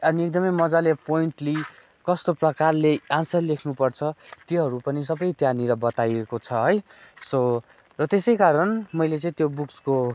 अनि एकदमै मज्जाले पोइन्टली कस्तो प्रकारले आन्सर लेख्नुपर्छ त्योहरू पनि सबै त्यहाँनिर बताइएको छ है सो र त्यसै कारण मैले चाहिँ त्यो बुक्सको